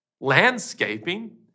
Landscaping